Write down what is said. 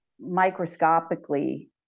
microscopically